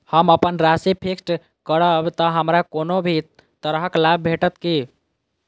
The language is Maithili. हम अप्पन राशि फिक्स्ड करब तऽ हमरा कोनो भी तरहक लाभ भेटत की?